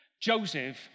Joseph